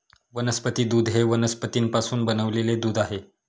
वनस्पती दूध हे वनस्पतींपासून बनविलेले दूध आहे